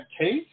case